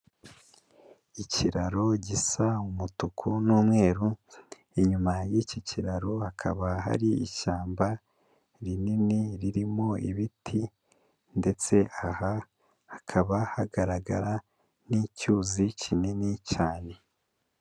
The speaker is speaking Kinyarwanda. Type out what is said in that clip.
Ikiraro gisa umutuku n'umweru, inyuma y'iki kiraro hakaba hari ishyamba rinini ririmo ibiti, ndetse aha hakaba hagaragara n'icyuzi kinini cyane.